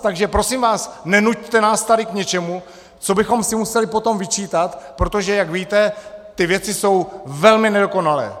Takže prosím vás nenuťte nás tady k něčemu, co bychom si museli potom vyčítat, protože jak víte, ty věci jsou velmi nedokonalé!